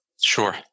Sure